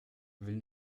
will